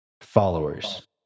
followers